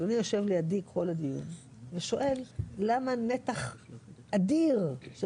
אדוני יושב לידי כל הזמן ושואל למה נתח אדיר של